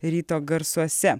ryto garsuose